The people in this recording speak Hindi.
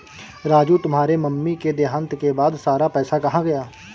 राजू तुम्हारे मम्मी के देहांत के बाद सारा पैसा कहां गया?